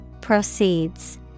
Proceeds